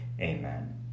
Amen